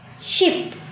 Ship